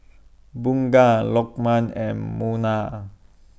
Bunga Lokman and Munah